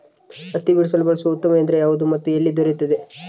ಹತ್ತಿ ಬಿಡಿಸಲು ಬಳಸುವ ಉತ್ತಮ ಯಂತ್ರ ಯಾವುದು ಮತ್ತು ಎಲ್ಲಿ ದೊರೆಯುತ್ತದೆ?